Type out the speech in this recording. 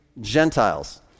Gentiles